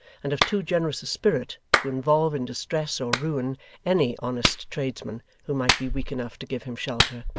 and of too generous a spirit to involve in distress or ruin any honest tradesman who might be weak enough to give him shelter.